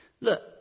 Look